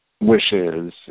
wishes